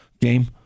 game